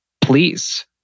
Please